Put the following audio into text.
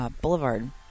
Boulevard